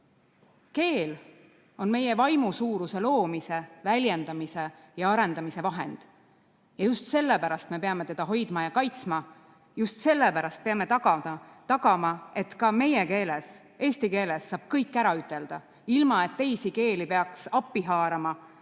on meie vaimu suuruse loomise, väljendamise ja arendamise vahend. Ja just sellepärast me peame teda hoidma ja kaitsma. Just sellepärast peame tagama, et ka meie keeles, eesti keeles, saab kõik ära ütelda ilma, et teisi keeli peaks appi haarama.